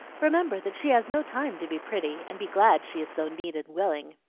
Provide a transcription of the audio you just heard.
remember that she has no time to be pretty, and be glad she is so neat and willing.